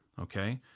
okay